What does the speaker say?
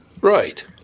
Right